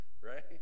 right